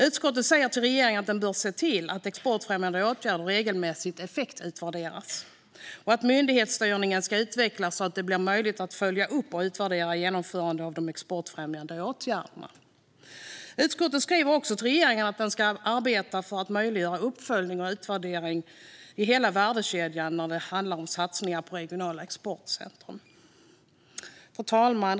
Utskottet säger till regeringen att den bör se till att exportfrämjande åtgärder regelmässigt effektutvärderas och att myndighetsstyrningen ska utvecklas så att det blir möjligt att följa upp och utvärdera genomförandet av de exportfrämjande åtgärderna. Utskottet skriver också till regeringen att den ska arbeta för att möjliggöra uppföljning och utvärdering i hela värdekedjan när det handlar om satsningar på regionala exportcentrum. Fru talman!